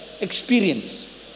experience